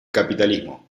capitalismo